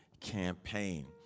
campaign